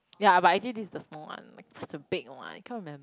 ya but actually this is the small one like there's a big one I can't remember